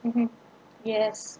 mm yes